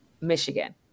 Michigan